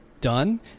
done